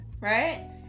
right